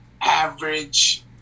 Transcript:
average